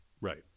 Right